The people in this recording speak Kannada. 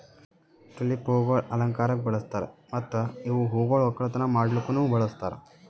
ಟುಲಿಪ್ ಹೂವುಗೊಳ್ ಅಲಂಕಾರಕ್ ಬಳಸ್ತಾರ್ ಮತ್ತ ಇವು ಹೂಗೊಳ್ ಒಕ್ಕಲತನ ಮಾಡ್ಲುಕನು ಬಳಸ್ತಾರ್